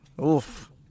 Oof